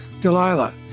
Delilah